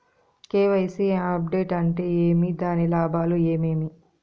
KYC update అంటే ఏమి? దాని లాభాలు ఏమేమి?